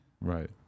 Right